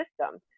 system